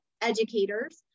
educators